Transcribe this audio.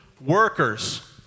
workers